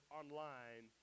online